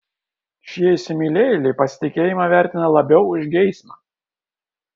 šie įsimylėjėliai pasitikėjimą vertina labiau už geismą